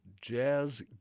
Jazz